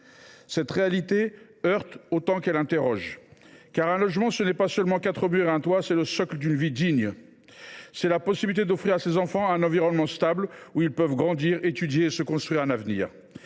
Cette réalité heurte autant qu’elle interroge. Car un logement, ce n’est pas seulement quatre murs et un toit : c’est le socle d’une vie digne, la possibilité d’offrir à ses enfants un environnement stable où ils peuvent grandir, étudier et se construire un avenir.